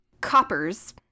Coppers